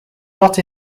not